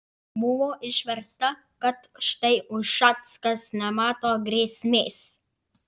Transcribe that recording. buvo išversta kad štai ušackas nemato grėsmės